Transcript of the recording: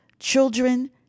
Children